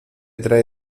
trae